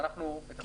כן.